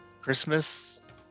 Christmas